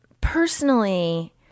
Personally